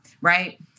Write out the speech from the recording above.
Right